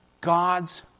God's